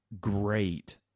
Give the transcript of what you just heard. great